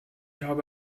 habe